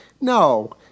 no